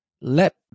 Let